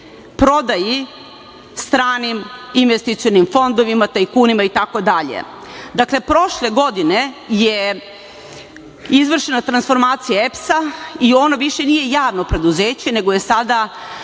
prodaji stranim investicionim fondovima, tajkunima i tako dalje. Dakle, prošle godine je izvršena transformacija EPS-a i ono više nije javno preduzeće nego je sada